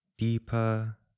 deeper